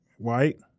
White